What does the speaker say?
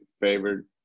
favored